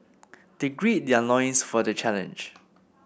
they gird their loins for the challenge